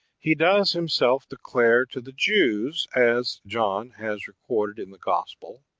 he does himself declare to the jews, as john has recorded in the gospel